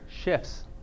shifts